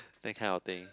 that kind of thing